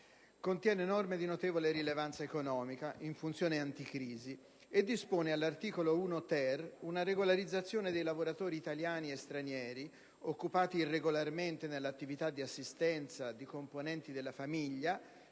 contiene norme di notevole rilevanza economica in funzione anticrisi e dispone all'articolo 1-*ter* una regolarizzazione dei lavoratori italiani e stranieri occupati irregolarmente nell'attività di assistenza di componenti della famiglia